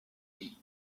bee